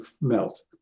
melt